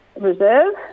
Reserve